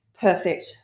perfect